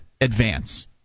advance